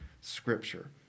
Scripture